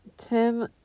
Tim